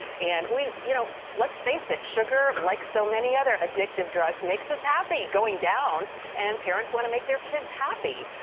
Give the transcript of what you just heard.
and you know let's face it. sugar, like so many other addictive drugs makes us happy going down and parents want to make their kids happy.